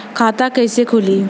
खाता कईसे खुली?